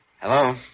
Hello